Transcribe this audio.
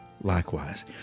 likewise